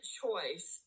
choice